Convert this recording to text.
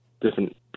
different